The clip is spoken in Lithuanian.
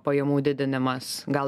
pajamų didinimas gal